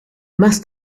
must